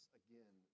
again